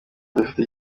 dufitiye